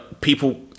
people